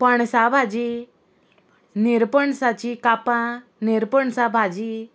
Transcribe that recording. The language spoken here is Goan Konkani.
पणसा भाजी निरपणसाची कापां निरपणसा भाजी